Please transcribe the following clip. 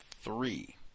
three